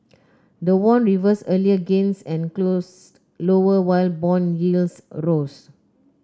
the won reversed earlier gains and closed lower while bond yields rose